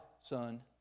son